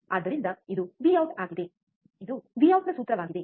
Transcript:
ಆದ್ದರಿಂದ ಇದು ವಿಔಟ್ ಆಗಿದೆ ಇದು ವಿಔಟ್ ನ ಸೂತ್ರವಾಗಿದೆ